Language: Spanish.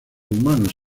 humanos